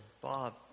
Bob